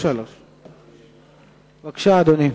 בבקשה, אדוני.